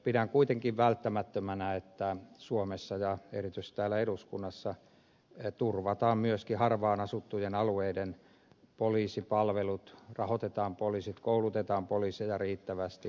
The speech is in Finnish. pidän kuitenkin välttämättömänä että suomessa ja erityisesti täällä eduskunnassa turvataan myöskin harvaanasuttujen alueiden poliisipalvelut rahoitetaan poliisit koulutetaan poliiseja riittävästi